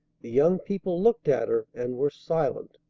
the young people looked at her, and were silent.